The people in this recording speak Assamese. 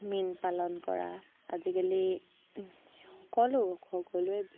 মীন পালন কৰা আজিকালি সকলো সকলোৱে